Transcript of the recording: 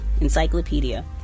encyclopedia